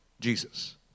Jesus